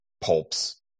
pulps